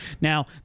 Now